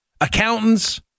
accountants